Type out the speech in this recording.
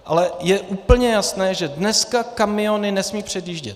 Ale je úplně jasné, že dneska kamiony nesmí předjíždět.